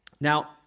Now